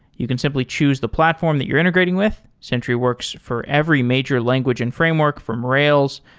you can simply choose the platform that you're integrating with. sentry works for every major language and framework, from rails,